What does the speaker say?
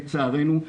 לצערנו,